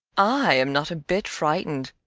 i am not a bit frightened!